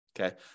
Okay